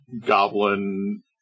goblin